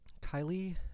Kylie